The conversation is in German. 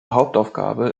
hauptaufgabe